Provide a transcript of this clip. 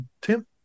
Tim